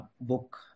book